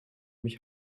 mich